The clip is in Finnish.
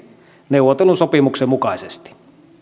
neuvotellun sopimuksen mukaisesti